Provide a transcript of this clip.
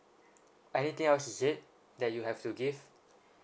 anything else is it that you have to give